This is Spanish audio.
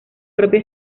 propio